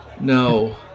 No